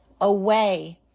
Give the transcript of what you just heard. away